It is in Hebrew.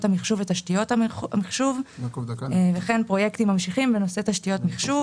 המחשוב ותשתיות המחשוב וכן פרויקטים ממשיכים בנושא תשתיות מחשוב.